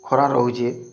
ଖରା ରହୁଚେ